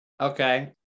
Okay